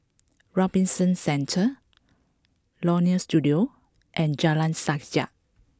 Robinson Centre Leonie Studio and Jalan Sajak